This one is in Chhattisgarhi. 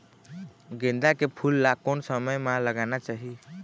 गेंदा के फूल ला कोन समय मा लगाना चाही?